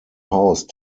house